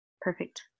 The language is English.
perfect